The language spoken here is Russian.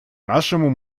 нашему